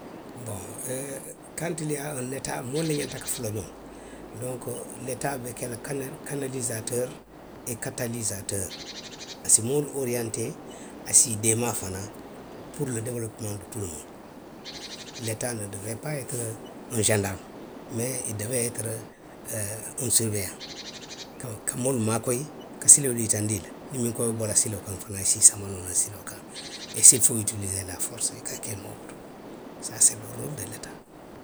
Nboŋ e. kantiliyaa oŋ netaa, moolu le ňanta kafu la xonma donku, letaa a be ke la kanali, kanalisatoori e katalisatoori a se moolu oriyantee, a se i deema fanaŋ puru le dewolopomaŋ de tuu le mondu letaa no dowiree paa eeteri oŋ sandarimu. Mee ili dowee eeteri, oŋ suruweeyaaŋ. Donku ka moolu maakoyi, ka siloolu yitandi i la. Niŋ miŋ ko i be bo la siloo kaŋ fanaŋ i se i sanbanoo naŋ siloo kaŋ. e sirutu itilisee la forsu i ka a ke noo wo le to. saa se le roolu de leta